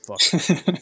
fuck